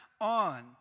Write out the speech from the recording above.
on